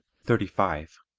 thirty five.